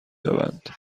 شوند